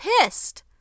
pissed